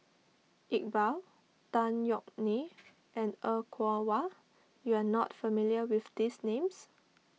Iqbal Tan Yeok Nee and Er Kwong Wah you are not familiar with these names